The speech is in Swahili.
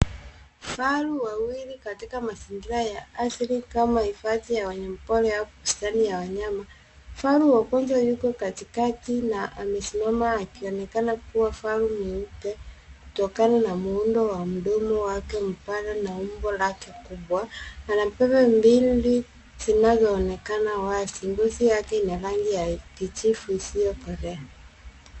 Vifaru wawili katika mazingira ya asili kama hifadhi ya wanyama pori au bustani ya wanyama. Kifaru wa kwanza yuko katikati na amesimama akionekana kuwa kifaru mweupe kutokana na muundo wa mdomo wake mpana na umbo lake kubwa. Ana pembe mbili zinazoonekana wazi .Ngozi yake ina rangi ya kijivu isiyokolea.